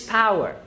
power